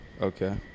Okay